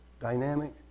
dynamic